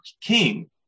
king